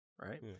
right